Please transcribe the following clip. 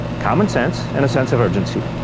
common sense and a sense of urgency.